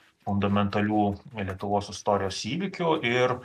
fundamentalių lietuvos istorijos įvykių ir